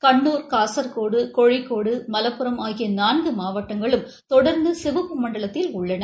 கண்னூர் காசர்கோடு கோழிக்னேடு மலப்புரம் ஆகிய நான்கு மாவட்டங்களும் தொடர்ந்து சிவப்பு மண்டலத்தில் உள்ளன